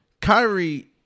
Kyrie